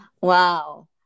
Wow